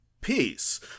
peace